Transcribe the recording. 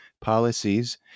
policies